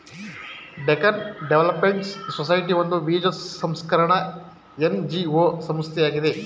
Deccan development society ಒಂದು ಬೀಜ ಸಂಸ್ಕರಣ ಎನ್.ಜಿ.ಒ ಸಂಸ್ಥೆಯಾಗಿದೆ